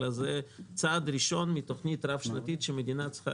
אלא זה צעד ראשון מתוכנית רב-שנתית שהמדינה צריכה